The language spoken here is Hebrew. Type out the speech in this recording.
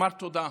אומר תודה.